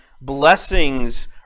blessings